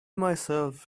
myself